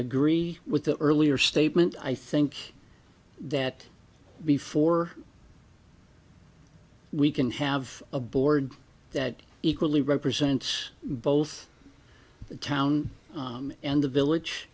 agree with the earlier statement i think that before we can have a board that equally represents both the town and the village